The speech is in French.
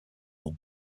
nom